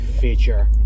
feature